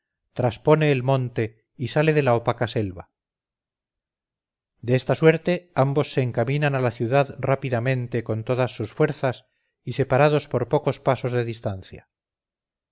traspone el monte y sale de la opaca selva de esta suerte ambos se encaminan a la ciudad rápidamente con todas sus fuerzas y separados por pocos pasos de distancia